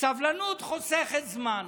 סבלנות חוסכת זמן.